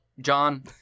John